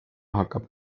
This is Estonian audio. hakkab